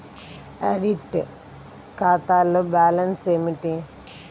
Audit ఖాతాలో balance ఏమిటీ?